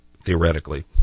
theoretically